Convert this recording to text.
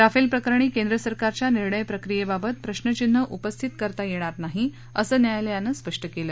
Rafale प्रकरणी केंद्रसरकारच्या निर्णय प्रक्रियेबाबत प्रश्नचिन्ह उपस्थित करता येणार नाही असं न्यायालयानं स्पष्ट केलं